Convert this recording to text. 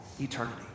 eternity